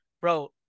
bro